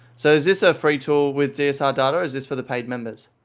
so is this a free tool with dsr data or is this for the paid members?